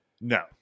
No